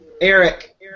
Eric